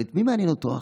אבל את מי מעניין חינוך